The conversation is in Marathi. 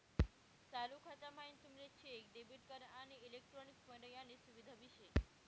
चालू खाता म्हाईन तुमले चेक, डेबिट कार्ड, आणि इलेक्ट्रॉनिक फंड यानी सुविधा भी शे